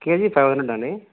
కే G five hundred అండి